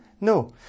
No